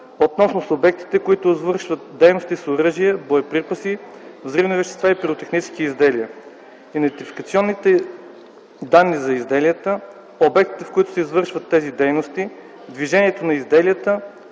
относно субектите, които извършват дейности с оръжие, боеприпаси, взривни вещества и пиротехнически изделия, идентификационни данни за изделията, обектите, в които се извършват тези дейности, движението на изделията,